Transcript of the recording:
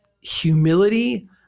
humility